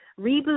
Reboot